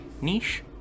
niche